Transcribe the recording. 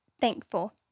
thankful